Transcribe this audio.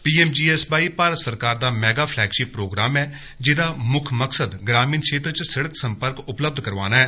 PMGSY Bharat सरकार दा mega flagship programme ऐ जेदा म्क्ख मकसद ग्रामिण क्षेत्र च सिड़क संपर्क उपलब्ध करोआना ऐ